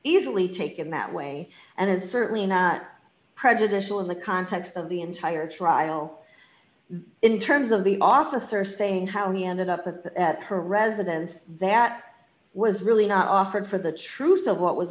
easily taken that way and it's certainly not prejudicial in the context of the entire trial in terms of the officer saying how he ended up at her residence that was really not offered for the truth of what was